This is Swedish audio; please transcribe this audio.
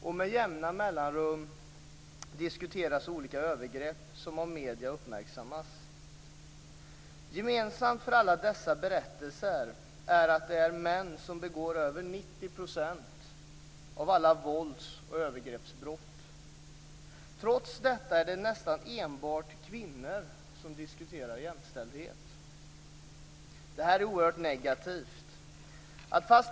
Och med jämna mellanrum diskuteras olika övergrepp som uppmärksammas av medier. Gemensamt för alla dessa berättelser är att det är män som begår över 90 % av alla vålds och övergreppsbrott. Trots detta är det nästan enbart kvinnor som diskuterar jämställdhet. Det här är oerhört negativt.